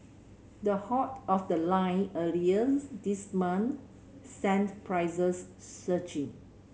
the halt of the line earlier this month sent prices surging